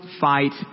fight